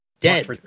Dead